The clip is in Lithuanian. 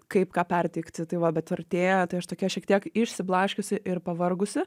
kaip ką perteikti tai va bet vertėjo tai aš tokia šiek tiek išsiblaškiusi ir pavargusi